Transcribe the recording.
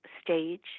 stage